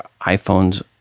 iPhones